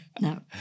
No